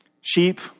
Sheep